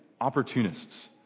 opportunists